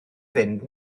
fynd